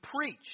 preach